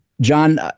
John